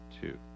two